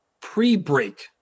pre-break